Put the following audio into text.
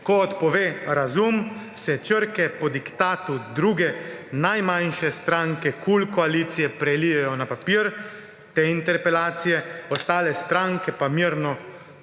Ko odpove razum, se črke po diktatu druge najmanjše stranke KUL koalicije prelijejo na papir te interpelacije, ostale stranke pa mirno sledijo